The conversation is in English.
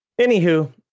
anywho